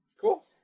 Cool